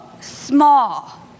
small